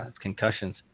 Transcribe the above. concussions